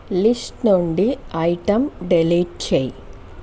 list నుండి item delete చేయి